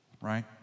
Right